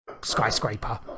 skyscraper